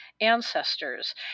ancestors